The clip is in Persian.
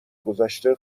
گذشته